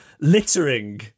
littering